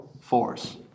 force